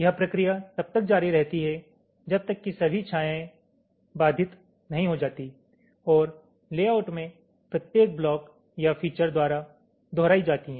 यह प्रक्रिया तब तक जारी रहती है जब तक कि सभी छायाएं बाधित नहीं हो जाती हैं और लेआउट में प्रत्येक ब्लॉक या फीचर द्वारा दोहराई जाती हैं